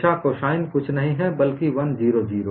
दिशा cosine कुछ नहीं है बल्कि 1 0 0